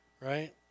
right